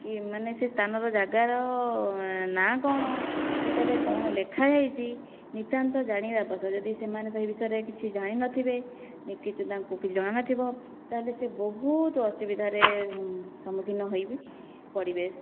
କି ମାନେ ସେ ସ୍ଥାନର ଜାଗାର ନାଆଁ କ'ଣ ସେଇଟାରେ କ'ଣ ଲେଖାହେଇଛି ନିତ୍ୟାନ୍ତ ଜାଣିବା ଆବଶ୍ୟକ ଯଦି ସେମାନେ ସେହି ବିଷୟରେ କିଛି ଜାଣିନଥିବେ କିଛି ତାଙ୍କୁ କିଛି ଜଣାନଥିବ ତା'ହେଲେ ସିଏ ବହୁତ ଅସୁବିଧାରେ ସମ୍ମୁଖୀନ ହେଇବି ପଡ଼ିବେ